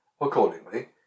Accordingly